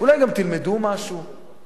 אולי גם תלמדו משהו.